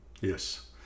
Yes